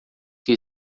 que